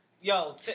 Yo